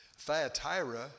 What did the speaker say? Thyatira